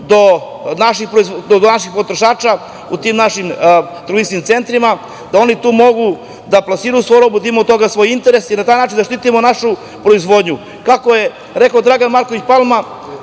do naših potrošača u tim turističkim centrima, da oni tu mogu da plasiraju svoju robu, da imaju od toga svoj interes i da na taj način zaštitimo našu proizvodnju. Kao što je rekao Dragan Marković Palma,